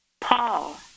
Paul